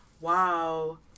wow